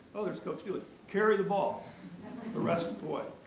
oh there's coach dooley, carry the ball the rest of the way.